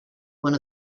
one